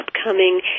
upcoming